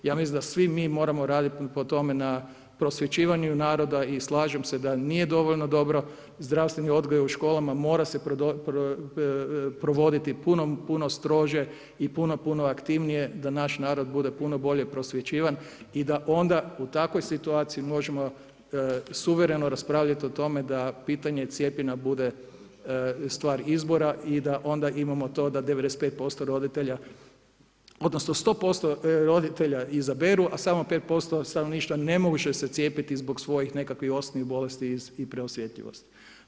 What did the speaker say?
Ja mislim da svim mi moramo raditi po tome na prosvjećivanju naroda i slažem se da nije dovoljno dobro zdravstveni odgoj u školama mora se provoditi puno strože i puno, puno aktivnije da naš narod bude puno bolje prosvjećivan i da onda u takvoj situaciji možemo suvereno raspravljati i tome da pitanje cijepljenja bude stvar izbora i da onda imamo to da 95% roditelja odnosno 100% roditelja izaberu, a samo 5% stanovništva ne može se cijepiti zbog svojih nekakvih osnovnih bolesti i preosjetljivosti.